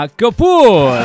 Kapoor